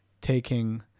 taking